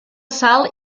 salt